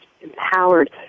empowered